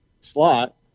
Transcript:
slot